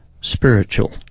spiritual